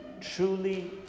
truly